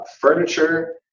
furniture